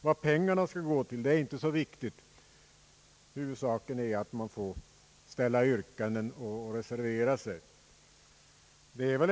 vad pengarna går till utan huvudsaken är att man får ställa yrkanden och reservera sig.